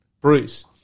Bruce